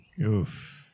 Oof